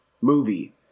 movie